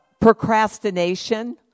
procrastination